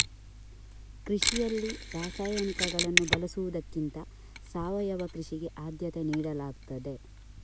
ಕೃಷಿಯಲ್ಲಿ ರಾಸಾಯನಿಕಗಳನ್ನು ಬಳಸುವುದಕ್ಕಿಂತ ಸಾವಯವ ಕೃಷಿಗೆ ಆದ್ಯತೆ ನೀಡಲಾಗ್ತದೆ